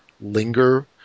Linger